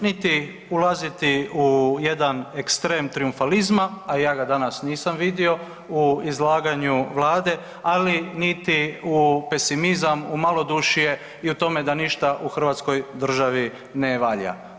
Niti ulaziti u jedan ekstrem trijumfalizma, a ja ga danas nisam vidio u izlaganju Vlade, ali niti u pesimizam i u malodušje o tome da ništa u Hrvatskoj državi ne valja.